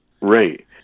Right